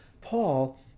paul